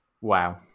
Wow